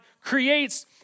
creates